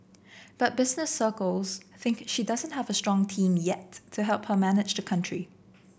but business circles think she doesn't have a strong team yet to help her manage the country